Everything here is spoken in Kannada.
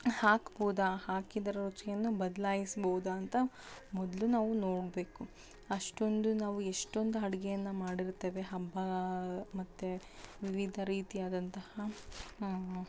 ಹಾಕ್ಬೌದಾ ಹಾಕಿದರೆ ರುಚಿಯನ್ನು ಬದಲಾಯಿಸ್ಬೌದಾ ಅಂತ ಮೊದಲು ನಾವು ನೋಡಬೇಕು ಅಷ್ಟೊಂದು ನಾವು ಎಷ್ಟೊಂದು ಅಡ್ಗೆಯನ್ನ ಮಾಡಿರ್ತೇವೆ ಹಬ್ಬ ಮತ್ತು ವಿವಿಧ ರೀತಿಯಾದಂತಹ